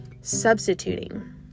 substituting